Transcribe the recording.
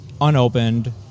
unopened